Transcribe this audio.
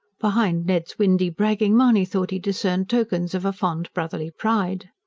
behind ned's windy bragging mahony thought he discerned tokens of a fond, brotherly pride.